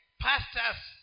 pastors